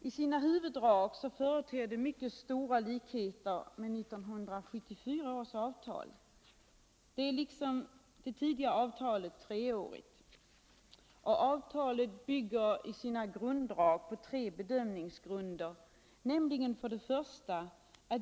I sina huvuddrag företer det mycket stora likheter med 1974 års avtal. Det är liksom det tidigare avtalet treårigt och bygger i sina grunddrag på följande bedömningar: 1.